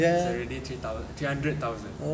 it's already three thou~ three hundred thousand